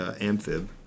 amphib